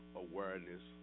awareness